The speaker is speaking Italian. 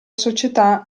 società